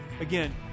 Again